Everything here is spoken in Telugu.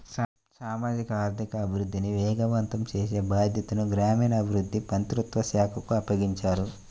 సామాజిక ఆర్థిక అభివృద్ధిని వేగవంతం చేసే బాధ్యతను గ్రామీణాభివృద్ధి మంత్రిత్వ శాఖకు అప్పగించారు